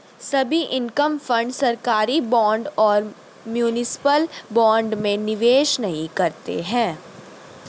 सभी income fund सरकारी bond और म्यूनिसिपल बॉन्ड में निवेश नहीं करते हैं